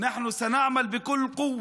הבטחנו לעמנו שנושא המלחמה בטרור